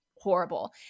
horrible